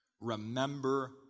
Remember